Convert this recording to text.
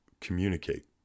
communicate